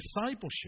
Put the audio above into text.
discipleship